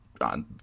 on